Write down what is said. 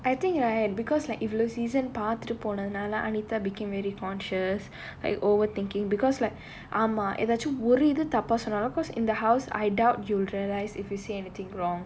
I think right because like if the season பார்த்துருப்பால நல்லா:paarthurupaala nallaa anita became very conscious like overthinking because like ஆமா ஏதாச்சும் ஒரு இது தப்பா சொன்னாலும்:aamaa edhachum oru idhu thappaa sonnaalum worry because in the house I doubt you'll realise if you say anything wrong